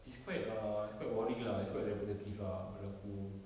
it's quite err it's quite boring lah it's repetitive lah pada aku